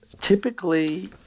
typically